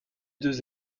deux